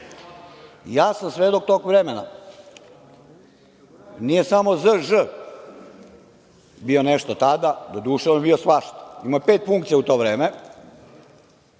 Ja sam svedok tog vremena. Nije samo ZŽ bio nešto tada, doduše on je bio svašta, imao je pet funkcija u to vreme,